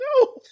No